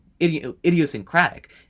idiosyncratic